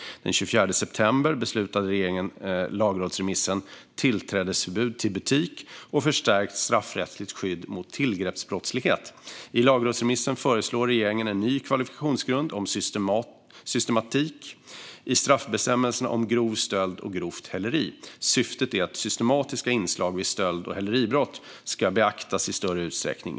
Den 24 september beslutade regeringen om lagrådsremissen Tillträdesförbud till butik och förstärkt straffrättsligt skydd mot tillgreppsbrottslighet . I lagrådsremissen föreslår regeringen en ny kvalifikationsgrund om systematik i straffbestämmelserna om grov stöld och grovt häleri. Syftet är att systematiska inslag vid stöld och häleribrott ska beaktas i större utsträckning.